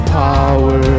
power